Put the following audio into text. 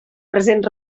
present